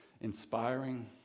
inspiring